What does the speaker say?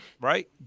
right